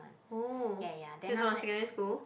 oh she's from your secondary school